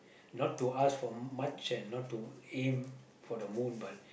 not to ask for much and not to aim for the moon but